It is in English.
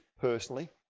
personally